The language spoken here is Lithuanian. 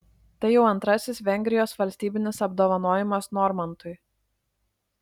tai jau antrasis vengrijos valstybinis apdovanojimas normantui